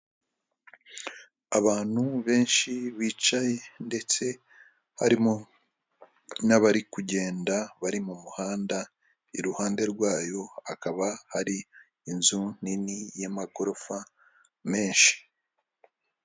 Abantu benshi bicaye ndetse harimo n'abari kugenda bari mu muhanda iruhande rwayo hakaba hari inzu nini y'amagorofa menshi.